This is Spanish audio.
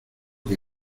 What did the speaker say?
que